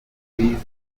jenoside